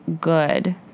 good